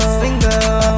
single